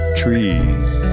trees